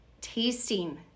Tasting